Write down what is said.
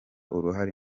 uruhare